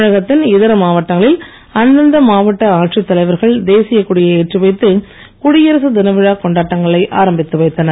தமிழகத்தின் இதர மாவட்டங்களில் அந்தந்த மாவட்ட ஆட்சித் தலைவர்கள் தேசியக் கொடியை ஏற்றி வைத்து குடியரசு தின விழாக் கொண்டாட்டங்களை ஆரம்பித்து வைத்தனர்